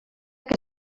que